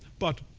but